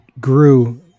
grew